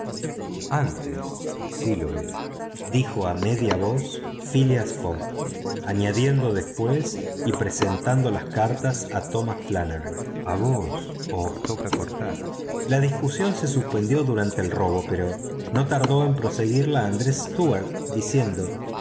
antes sí lo era dijo a media voz phileas fogg añadiendo después y presentando las cartas a tomás flanagan a vos os toca cortar la discusión se suspendió durante el robo pero no tardó en proseguirla andrés stuart diciendo